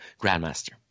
grandmaster